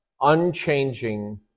unchanging